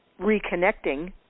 reconnecting